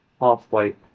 halfway